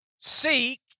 Seek